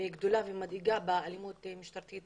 גדולה ומדאיגה באלימות המשטרתית